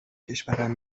کشورم